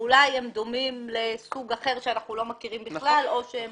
ואולי הם דומים לסוג אחר שאנחנו לא מכירים בכלל או שהם